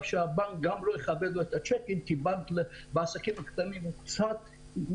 שהבנק לא יכבד לו את הצ'קים כי הבנק נזהר קצת עם